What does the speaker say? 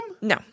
No